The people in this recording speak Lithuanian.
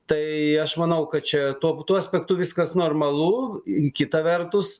tai aš manau kad čia tuo aspektu viskas normalu kita vertus